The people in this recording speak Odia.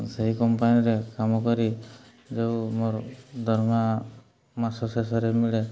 ସେହି କମ୍ପାନୀରେ କାମ କରି ଯୋଉ ମୋର ଦରମା ମାସ ଶେଷରେ ମିଳେ